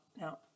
now